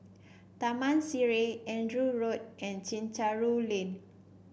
Taman Sireh Andrew Road and Chencharu Lane